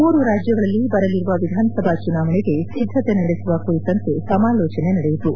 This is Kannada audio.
ಮೂರು ರಾಜ್ಯಗಳಲ್ಲಿ ಬರಲಿರುವ ವಿಧಾನಸಭಾ ಚುನಾವಣೆಗೆ ಸಿದ್ಧಕೆ ನಡೆಸುವ ಕುರಿತಂತೆ ಸಮಾಲೋಜನೆ ನಡೆಯಿತು